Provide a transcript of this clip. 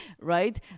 right